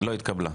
לא התקבלה.